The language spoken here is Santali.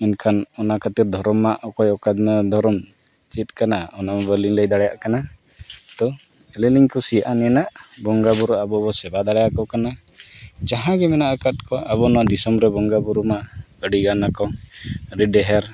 ᱮᱱᱠᱷᱟᱱ ᱚᱱᱟ ᱠᱷᱟᱹᱛᱤᱨ ᱫᱷᱚᱨᱚᱢ ᱢᱟ ᱚᱠᱚᱭ ᱚᱠᱟ ᱫᱷᱚᱨᱚᱢ ᱪᱮᱫ ᱠᱟᱱᱟ ᱚᱱᱟ ᱢᱟ ᱵᱟᱹᱞᱤᱧ ᱞᱟᱹᱭ ᱫᱟᱲᱮᱭᱟᱜ ᱠᱟᱱᱟ ᱛᱳ ᱟᱹᱞᱤᱧ ᱞᱤᱧ ᱠᱩᱥᱤᱭᱟᱜᱼᱟ ᱱᱤᱱᱟᱹᱜ ᱵᱚᱸᱜᱟ ᱵᱳᱨᱳ ᱟᱵᱚ ᱵᱚᱱ ᱥᱮᱵᱟ ᱫᱟᱲᱮᱭᱟᱠᱚ ᱠᱟᱱᱟ ᱡᱟᱦᱟᱸᱭ ᱜᱮ ᱢᱮᱱᱟᱜ ᱟᱠᱟᱫ ᱠᱚᱣᱟ ᱟᱵᱚ ᱱᱚᱣᱟ ᱫᱤᱥᱚᱢ ᱨᱮ ᱵᱚᱸᱜᱟ ᱵᱳᱨᱳ ᱢᱟ ᱟᱹᱰᱤᱜᱟᱱ ᱟᱠᱚ ᱟᱹᱰᱤ ᱰᱷᱮᱹᱨ